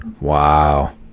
Wow